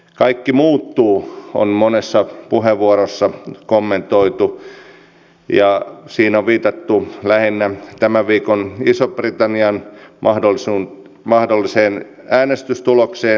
kaikki muuttuu on monessa puheenvuorossa kommentoitu ja siinä on lähinnä viitattu tämän viikon ison britannian mahdolliseen äänestystulokseen